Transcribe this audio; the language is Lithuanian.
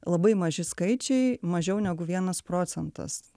labai maži skaičiai mažiau negu vienas procentas